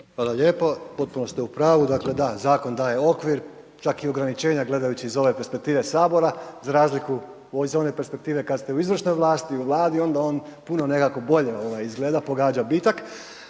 Hvala lijepo. Potpuno ste u pravu, dakle da, zakon daje okvir, čak i ograničenja gledajući iz ove perspektive Sabora, za razliku iz one perspektive kad ste u izvršnoj vlasti u Vladi onda on puno nekako bolje izgleda, pogađa